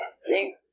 See